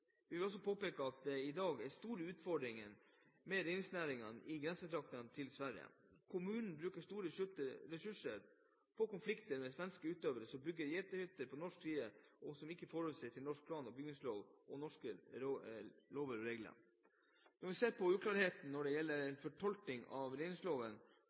Vi vil påpeke at det i dag er store utfordringer med reindriftsnæringen i grensetraktene til Sverige. Kommuner bruker store ressurser på konflikter med svenske utøvere som bygger «gjeterhytter» på norsk side og som ikke forholder seg til norsk plan- og bygningslov og norske lover og regler. Når vi ser på uklarheter når det gjelder fortolkning av